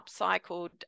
upcycled